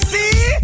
See